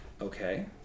Okay